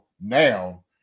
now